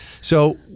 So-